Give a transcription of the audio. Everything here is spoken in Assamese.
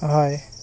হয়